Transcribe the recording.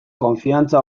konfiantza